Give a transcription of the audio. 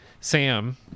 Sam